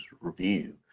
review